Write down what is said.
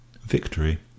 Victory